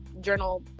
journal